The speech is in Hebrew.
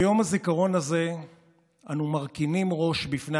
ביום הזיכרון הזה אנו מרכינים ראש בפני